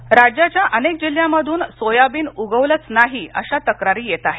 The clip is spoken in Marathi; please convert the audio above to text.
सोयाबीन राज्याच्या अनेक जिल्ह्यांमधून सोयाबीन उगवलंच नाही अशा तक्रारी येत आहेत